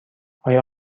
آیا